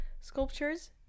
sculptures